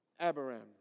Abraham